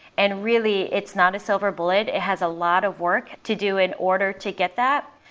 and really, it's not a silver bullet. it has a lot of work to do in order to get that.